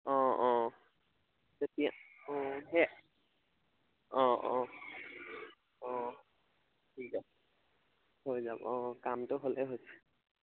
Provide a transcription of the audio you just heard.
অঁ অঁ তেতিয়া অঁ সেই অঁ অঁ অঁ ঠিক আছে হৈ যাব অঁ কামটো হ'লে হৈছে